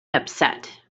upset